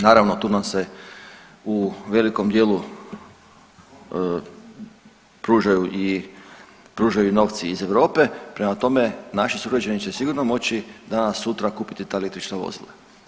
Naravno, tu nam se u velikom dijelu pružaju i novci iz Europe, prema tome, naši sugrađani će sigurno moći danas sutra kupiti ta električna vozila.